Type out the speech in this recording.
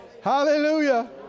Hallelujah